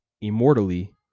immortally